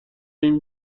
این